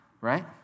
right